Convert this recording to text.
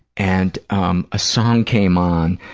and um a song came on,